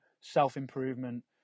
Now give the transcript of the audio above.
Self-improvement